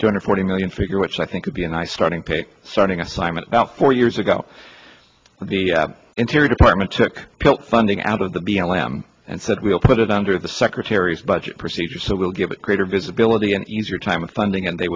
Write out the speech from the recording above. two hundred forty million figure which i think would be a nice starting pick starting assignment about four years ago when the interior department took bill funding out of the b l m and said we'll put it under the secretary's budget procedure so we'll give it greater visibility an easier time of funding and they